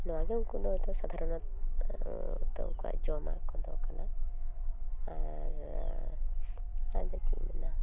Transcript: ᱱᱚᱣᱟ ᱜᱮ ᱩᱱᱠᱩᱫᱚ ᱦᱚᱭᱛᱚ ᱥᱟᱫᱷᱟᱨᱚᱱ ᱩᱱᱠᱩᱣᱟᱜ ᱡᱚᱢᱟᱜ ᱠᱚᱫᱚ ᱠᱟᱱᱟ ᱟᱨ ᱟᱫᱚ ᱪᱮᱫ ᱤᱧ ᱢᱮᱱᱟ